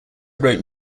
wrote